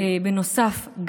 בנוסף,